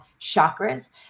chakras